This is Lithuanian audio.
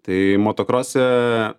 tai motokrose